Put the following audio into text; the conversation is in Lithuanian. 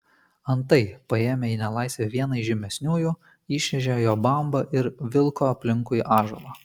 antai paėmė į nelaisvę vieną iš žymesniųjų išrėžė jo bambą ir vilko aplinkui ąžuolą